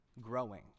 growing